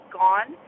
gone